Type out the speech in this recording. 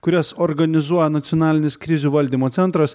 kurias organizuoja nacionalinis krizių valdymo centras